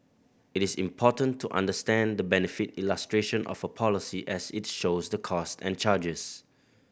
it is important to understand the benefit illustration of a policy as it shows the cost and charges